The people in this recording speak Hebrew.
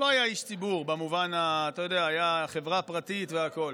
הוא לא היה איש ציבור, הוא היה חברה פרטית והכול.